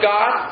God